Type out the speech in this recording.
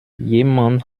jemand